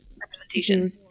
representation